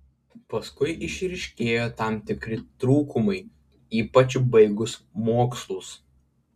paskui išryškėjo tam tikri trūkumai ypač baigus mokslus